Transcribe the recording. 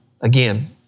again